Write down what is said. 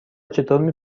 چطور